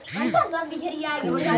गुलाब के फूल की खेती कैसे करें?